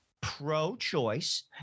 pro-choice